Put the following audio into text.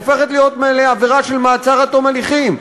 הופכת להיות עבירה של מעצר עד תום הליכים?